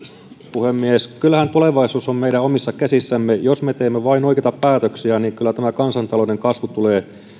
puhemies kyllähän tulevaisuus on meidän omissa käsissämme jos me teemme vain oikeita päätöksiä kyllä tämä kansantalouden kasvu tulee